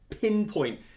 pinpoint